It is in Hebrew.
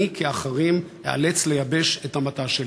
אני, כאחרים, איאלץ לייבש את המטע שלי.